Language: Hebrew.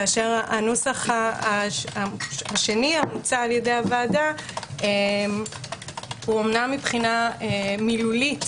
כאשר הנוסח השני המוצע על ידי הוועדה אמנם מבחינה מילולית